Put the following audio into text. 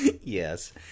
Yes